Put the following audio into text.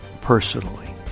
personally